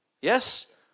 Yes